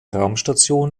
raumstation